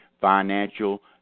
financial